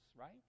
right